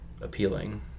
appealing